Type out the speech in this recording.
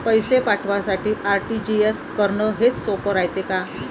पैसे पाठवासाठी आर.टी.जी.एस करन हेच सोप रायते का?